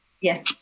Yes